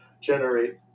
generate